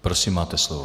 Prosím, máte slovo.